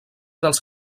dels